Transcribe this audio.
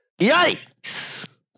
Yikes